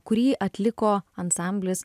kurį atliko ansamblis